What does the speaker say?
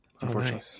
unfortunately